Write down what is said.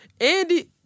Andy